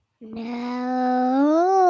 No